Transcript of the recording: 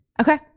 okay